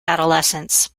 adolescence